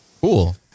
cool